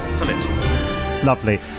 Lovely